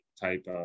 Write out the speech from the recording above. type